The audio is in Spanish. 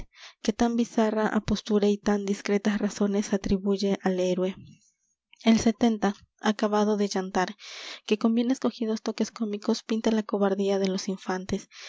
que tan bizarra apostura y tan discretas razones atribuye al héroe el acabado de yantar que con bien escogidos toques cómicos pinta la cobardía de los infantes